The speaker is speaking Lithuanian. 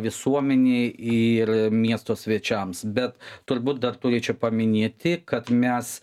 visuomenei ir miesto svečiams bet turbūt dar turėčiau paminėti kad mes